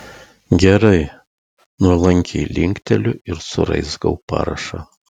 gerai nuolankiai linkteliu ir suraizgau parašą